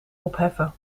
opheffen